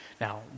Now